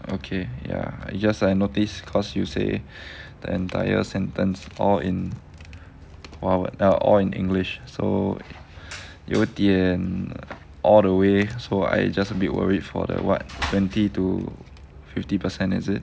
okay ya it's just I notice cause you say the entire sentence all in 华文 ah all in english so 有点 all the way so I just a bit worried for the what twenty to fifty percent is it